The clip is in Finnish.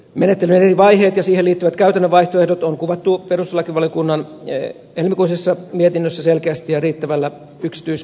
menettelyn eri vaiheet ja siihen liittyvät käytännön vaihtoehdot on kuvattu perustuslakivaliokunnan helmikuisessa mietinnössä selkeästi ja riittävällä yksityiskohtaisuudella